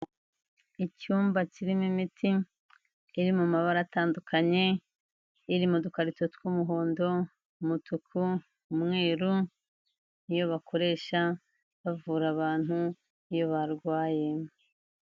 Icyumba kirimo imiti iri mu mabara atandukanye, iri mu dukarito tw'umuhondo, umutuku, umweru, iyo bakoresha bavura abantu iyo barwaye.